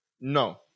No